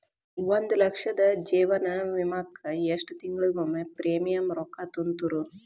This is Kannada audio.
ಒಂದ್ ಲಕ್ಷದ ಜೇವನ ವಿಮಾಕ್ಕ ಎಷ್ಟ ತಿಂಗಳಿಗೊಮ್ಮೆ ಪ್ರೇಮಿಯಂ ರೊಕ್ಕಾ ತುಂತುರು?